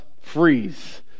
freeze